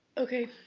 okay,